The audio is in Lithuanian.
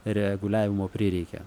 reguliavimo prireikė